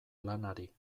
lanari